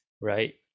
right